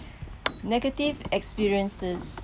negative experiences